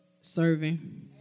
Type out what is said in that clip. serving